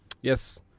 Yes